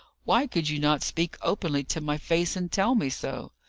why could you not speak openly to my face and tell me so?